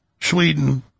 Sweden